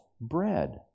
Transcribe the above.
bread